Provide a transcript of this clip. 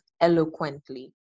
eloquently